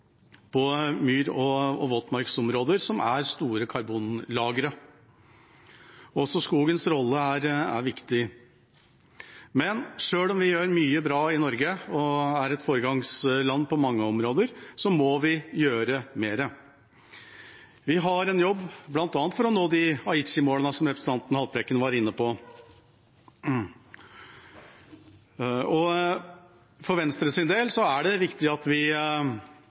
på myr- og våtmarksområder, som er store karbonlagre. Også skogens rolle er viktig. Men selv om vi gjør mye bra i Norge og er et foregangsland på mange områder, må vi gjøre mer. Vi har en jobb bl.a. for å nå Aichi-målene, som representanten Haltbrekken var inne på. For Venstres del er det viktig at vi